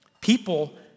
people